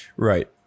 Right